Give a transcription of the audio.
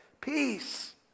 Peace